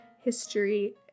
history